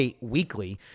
weekly